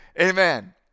Amen